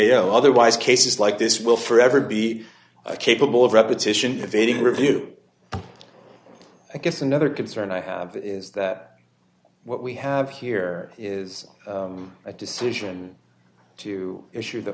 o otherwise cases like this will forever be capable of repetition of aiding review i guess another concern i have is that what we have here is a decision to issue the